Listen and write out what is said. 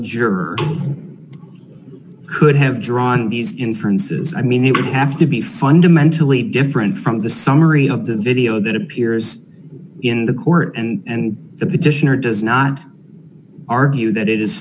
juror could have drawn these inferences i mean it would have to be fundamentally different from the summary of the video that appears in the court and the petitioner does not argue that it is